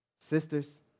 sisters